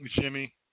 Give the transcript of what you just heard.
Jimmy